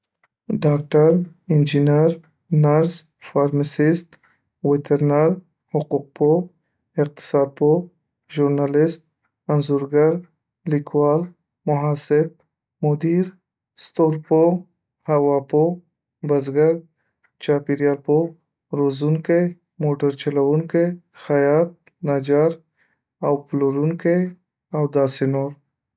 ډاکتر، انجینر، نرس، فارمسیسټ، وترنر، حقوق‌پوه، اقتصادپوه، ژورنالیست، انجنیرِ ساختماني، کمپیوټر ساینس‌پوه، پروګرامر، انځورګر، لیکوال، محاسب، مدیر، ستورپوه، هواپوه، زراعتمند، ژوی‌پوه، چاپېریال‌پوه، روزونکی، موټرچلونکی، خیاط، نجار، .او پلورونکی او داسي نور